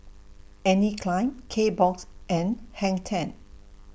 Anne Klein Kbox and Hang ten